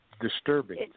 disturbing